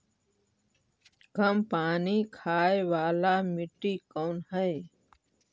कम पानी खाय वाला मिट्टी कौन हइ?